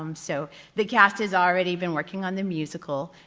um so the cast has already been working on the musical.